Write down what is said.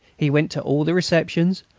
he went to all the receptions,